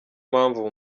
mpamvu